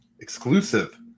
exclusive